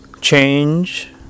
change